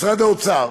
משרד האוצר,